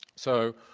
so,